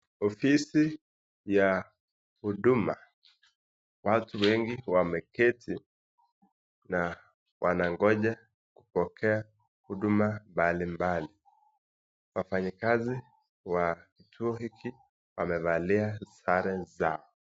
Ofisi ya huduma watu wengi wameketi na wanangoja kupokea huduma mbalimbali. Wafanyakazi wa kituo hiki wamevalia sare zao.